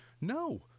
no